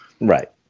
Right